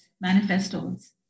manifestos